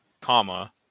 comma